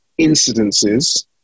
incidences